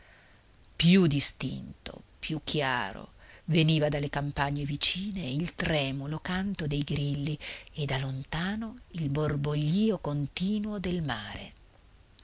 più distinto più chiaro veniva dalle campagne vicine il tremulo canto dei grilli e da lontano il borboglio continuo del mare